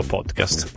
Podcast